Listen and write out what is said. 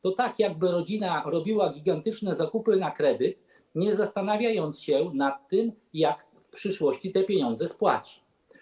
To jakby rodzina robiła gigantyczne zakupy na kredyt, nie zastanawiając się nad tym, jak w przyszłości te pieniądze spłaci.